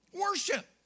worship